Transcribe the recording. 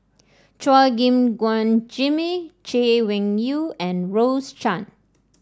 Chua Gim Guan Jimmy Chay Weng Yew and Rose Chan